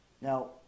Now